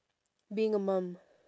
being a mum